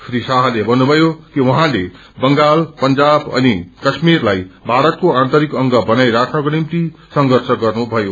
श्री शाहले भन्नुभयो कि उहाँले बंगाल पंजाब अनि काश्मिरलाई भारतको आन्तरिक अंग बनाइ राख्नको निम्ति संघर्ष गर्नुभयो